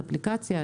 אפליקציה,